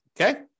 Okay